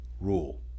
rule